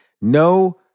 No